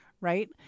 right